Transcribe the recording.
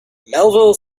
melville